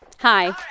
Hi